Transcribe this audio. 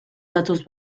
datoz